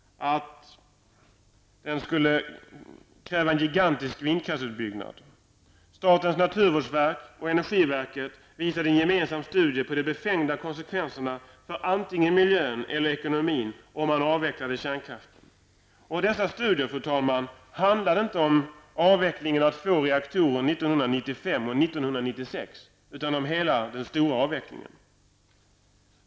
Statens naturvårdsverk och energiverket visar i en gemensam studie på de befängda konsekvenserna för antingen miljön eller ekonomin om man avvecklar kärnkraften. Fru talman! Dessa studier handlar inte om avveckling av två reaktorer 1995 och 1996, utan om hela den stora avvecklingen.